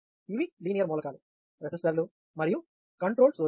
ఇవి లీనియర్ మూలకాలు R రెసిస్టర్లు మరియు కంట్రోల్డ్ సోర్స్ లు